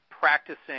practicing